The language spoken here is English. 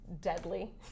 deadly